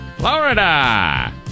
Florida